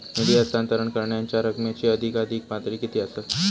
निधी हस्तांतरण करण्यांच्या रकमेची अधिकाधिक पातळी किती असात?